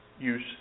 use